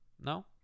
No